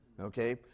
okay